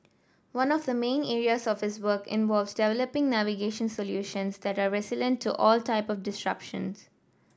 one of the main areas of his work involves developing navigation solutions that are resilient to all type of disruptions